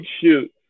shoot